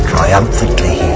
Triumphantly